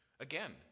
Again